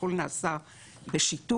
הכול נעשה בשיתוף,